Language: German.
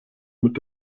mit